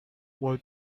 what